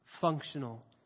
functional